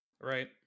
Right